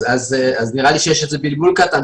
אז נראה לי שיש איזה בלבול קטן,